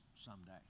someday